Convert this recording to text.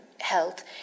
health